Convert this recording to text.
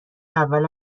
اول